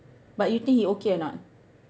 but you think he okay or not